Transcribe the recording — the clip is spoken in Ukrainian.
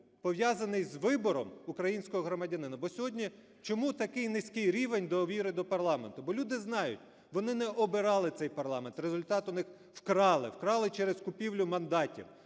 пов'язаний з вибором українського громадянина. Бо сьогодні чому такий низький рівень довіри до парламенту? Бо люди знають: вони не обирали цей парламент. Результат у них вкрали. Вкрали через купівлю мандатів.